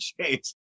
change